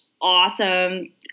awesome